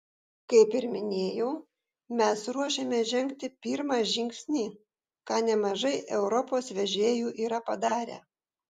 kaip ir minėjau mes ruošiamės žengti pirmą žingsnį ką nemažai europos vežėjų yra padarę